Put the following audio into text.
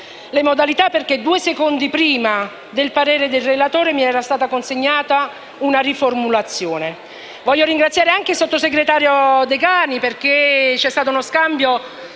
le modalità, un attimo prima del parere del relatore, mi era stata consegnata una riformulazione. Vorrei ringraziare il sottosegretario Degani, perché c'è stato uno scambio